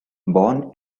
born